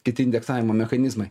kiti indeksavimo mechanizmai